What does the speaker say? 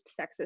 sexist